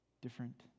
different